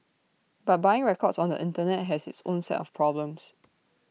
but buying records on the Internet has its own set of problems